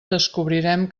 descobrirem